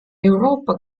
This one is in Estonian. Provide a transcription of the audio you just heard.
euroopa